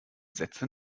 sätze